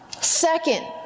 Second